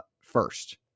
first